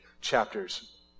chapters